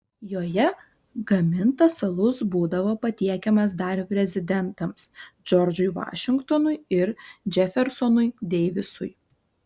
joje gamintas alus būdavo patiekiamas dar prezidentams džordžui vašingtonui ir džefersonui deivisui